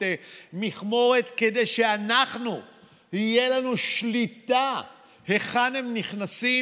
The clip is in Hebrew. מכמורת כדי שתהיה לנו שליטה להיכן הם נכנסים.